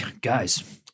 guys